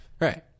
Right